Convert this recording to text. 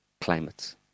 climates